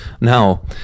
now